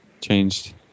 changed